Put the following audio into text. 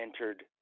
entered